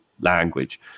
language